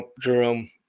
Jerome